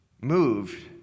moved